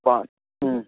वा